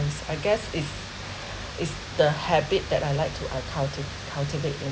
I guess it's it's the habit that I like to uh culti~ cultivate in